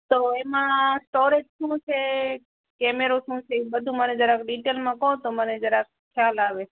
તો એમાં સ્ટોરેજ શું છે કેમેરો શું છે એ બધું મને જરાક ડીટેલમાં કહો તો મને જરાક ખ્યાલ આવે